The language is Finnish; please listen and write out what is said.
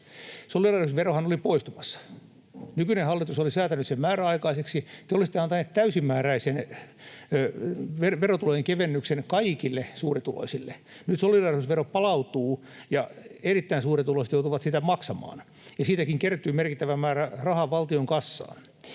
Solidaarisuusverohan oli poistumassa. Nykyinen hallitus oli säätänyt sen määräaikaiseksi, te olisitte antaneet täysimääräisen verotulojen kevennyksen kaikille suurituloisille. Nyt solidaarisuusvero palautuu ja erittäin suurituloiset joutuvat sitä maksamaan, ja siitäkin kertyy merkittävä määrä rahaa valtion kassaan.